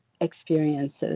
experiences